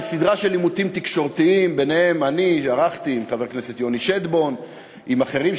בסדרה של עימותים תקשורתיים שערכתי עם חבר הכנסת יוני שטבון ועם אחרים,